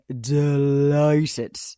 delighted